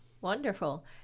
Wonderful